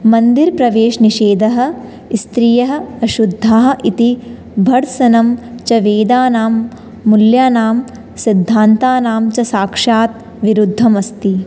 मन्दिरप्रवेशनिषेधः स्त्रियः अशुद्धः इति भर्त्सनं च वेदानां मूल्यानां सिद्धान्तानां च साक्षात् विरुद्धमस्ति